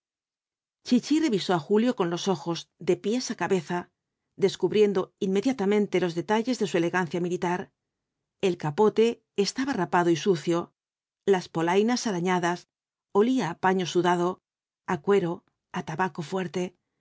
chichi revisó á julio con los ojos de pies á cabeza descubriendo inmediatamente los detalles de su elegancia militar el capote estaba rapado y sucio las polainas arañadas olía á paño sudado á cuero á tabaco fuerte